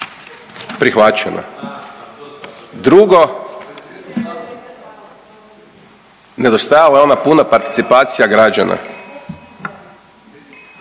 prihvaćeno. Drugo nedostajala je ona puna participacija građana.